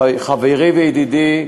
חברי וידידי.